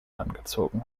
angezogen